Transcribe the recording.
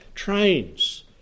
Trains